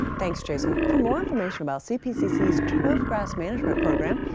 thanks, jason. for more information about cpcc's turf grass management program,